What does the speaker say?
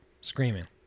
screaming